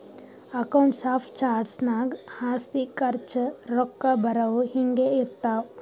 accounts of charts ನಾಗ್ ಆಸ್ತಿ, ಖರ್ಚ, ರೊಕ್ಕಾ ಬರವು, ಹಿಂಗೆ ಇರ್ತಾವ್